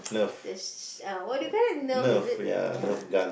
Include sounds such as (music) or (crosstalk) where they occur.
(noise) the sh~ ah what do you call it Nerf is it ya